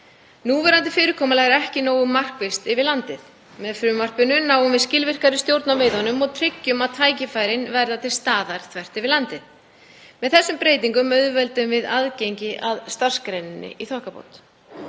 Núverandi fyrirkomulag er ekki nógu markvisst yfir landið. Með frumvarpinu náum við skilvirkari stjórn á veiðunum og tryggjum að tækifærin verði til staðar þvert yfir landið. Með þessum breytingum auðveldum við aðgengi að starfsgreininni í þokkabót.